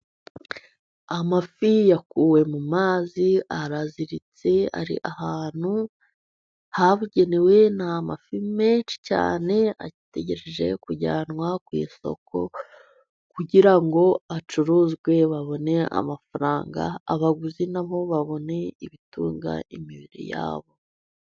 Amafi yakuwe mu mazi araziritse, ari ahantu habugenewe, ni amafi menshi cyane, ategereje kujyanwa ku isoko, kugira ngo acuruzwe babone amafaranga, abaguzi na bo babone ibitunga imibiri ya bo.